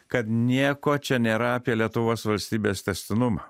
kad nieko čia nėra apie lietuvos valstybės tęstinumą